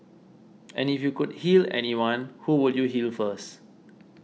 and if you could heal anyone who would you heal first